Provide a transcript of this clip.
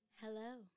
hello